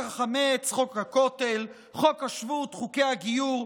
חוק החמץ, חוק הכותל, חוק השבות, חוקי הגיור,